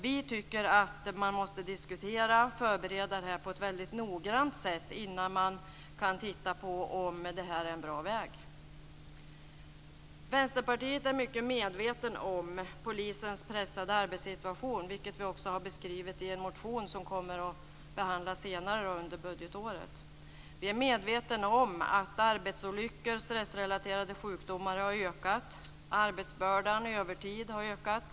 Vi tycker att man måste diskutera och förbereda detta på ett mycket noggrant sätt innan man kan titta på om detta är en bra väg. Vänsterpartiet är mycket medvetet om polisens pressade arbetssituation, vilket vi också har beskrivit i en motion som kommer att behandlas senare under budgetåret. Vi i Vänsterpartiet är medvetna om att antalet arbetsolyckor och stressrelaterade sjukdomar har ökat. Arbetsbördan och övertiden har ökat.